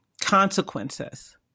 consequences